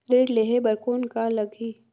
ऋण लेहे बर कौन का लगही?